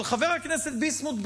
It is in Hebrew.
אבל חבר הכנסת ביסמוט,